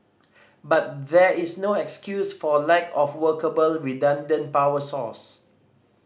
but there is no excuse for lack of workable redundant power source